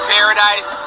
Paradise